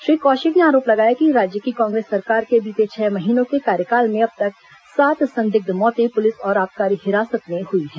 श्री कौशिक ने आरोप लगाया कि राज्य की कांग्रेस सरकार के बीते छह महीनों के कार्यकाल में अब तक सात संदिग्ध मौतें पुलिस और आबकारी हिरासत में हुई हैं